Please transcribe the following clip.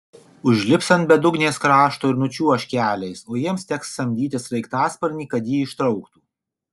užlips ant bedugnės krašto ir nučiuoš keliais o jiems teks samdyti sraigtasparnį kad jį ištrauktų